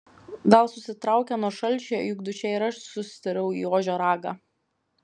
gal susitraukė nuo šalčio juk duše ir aš sustirau į ožio ragą